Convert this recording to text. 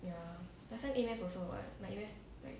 ya